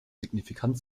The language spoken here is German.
signifikant